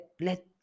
let